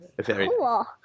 Cool